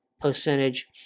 percentage